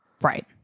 right